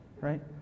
right